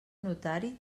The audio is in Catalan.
notari